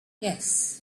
yes